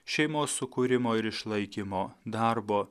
šeimos sukūrimo ir išlaikymo darbo